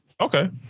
Okay